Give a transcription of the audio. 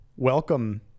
Welcome